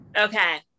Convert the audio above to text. Okay